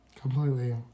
Completely